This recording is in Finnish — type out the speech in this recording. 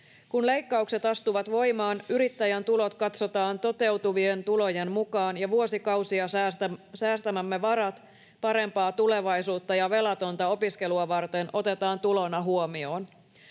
Kun leikkaukset astuvat voimaan, yrittäjän tulot katsotaan toteutuvien tulojen mukaan ja vuosikausia säästämämme varat parempaa tulevaisuutta ja velatonta opiskelua varten otetaan tulona huomioon.